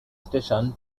stations